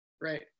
right